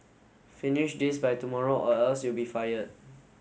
finish this by tomorrow or else you'll be fired